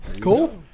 Cool